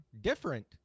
different